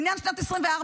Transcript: לעניין שנת 2024,